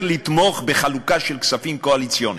לתמוך בחלוקה של כספים קואליציוניים,